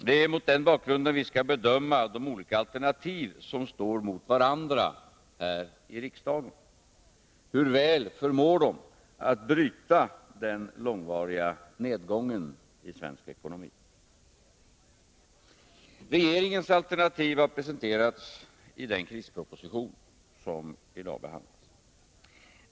Det är mot den bakgrunden vi skall bedöma de olika alternativ som står mot varandra här i riksdagen. Hur väl förmår de att bryta den långvariga nedgången i svensk ekonomi? 83 Regeringens alternativ har presenterats i den ”krisproposition”, som i dag behandlas.